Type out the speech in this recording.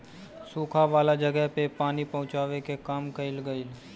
सुखा वाला जगह पे पानी पहुचावे के काम कइल गइल